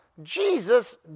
Jesus